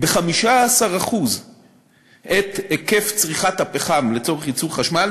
ב-15% את היקף צריכת הפחם לצורך ייצור חשמל